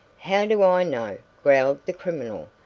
how do i know? growled the criminal.